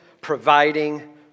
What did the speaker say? providing